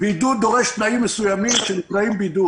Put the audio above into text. שבידוד דורש תנאים מסוימים, אני מדבר